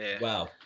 wow